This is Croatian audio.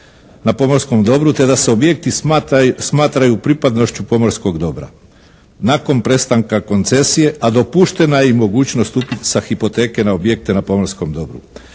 na pomorskom dobru te da se objekti smatraju pripadnošću pomorskog dobra. Nakon prestanka koncesije a dopuštena je i mogućnost upisa sa hipoteke na objekte na pomorskom dobru.